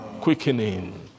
quickening